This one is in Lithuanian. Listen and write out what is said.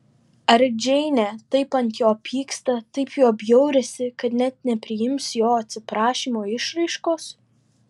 ar džeinė taip ant jo pyksta taip juo bjaurisi kad net nepriims jo atsiprašymo išraiškos